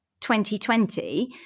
2020